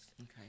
okay